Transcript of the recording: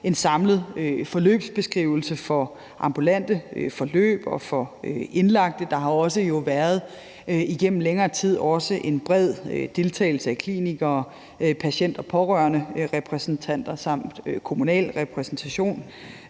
en samlet forløbsbeskrivelse for ambulante forløb og for indlagte. Der har jo også igennem længere tid været en bred deltagelse af klinikere og patient- og pårørenderepræsentanter samt kommunal repræsentation,